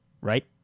Right